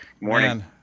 Morning